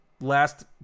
last